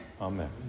Amen